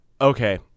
okay